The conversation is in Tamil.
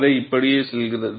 கதை இப்படியே செல்கிறது